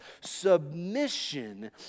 submission